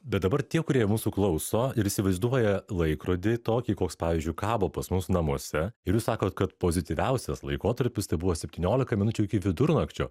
bet dabar tie kurie mūsų klauso ir įsivaizduoja laikrodį tokį koks pavyzdžiui kabo pas mus namuose ir jūs sakot kad pozityviausias laikotarpis tai buvo septyniolika minučių iki vidurnakčio